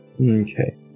Okay